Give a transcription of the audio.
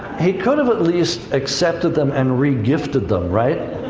he could have at least accepted them and regifted them, right.